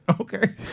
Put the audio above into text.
Okay